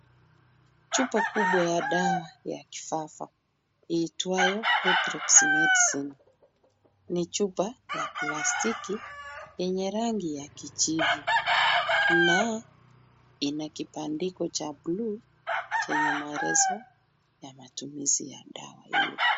Chupa kubwa ya dawa ya kifafa iitwayo Epilepsy Medicine , ni chupa ya plastiki yenye rangi ya kijivu na ina kibandiko cha buluu chenye maelezo ya matumizi ya dawa hiyo.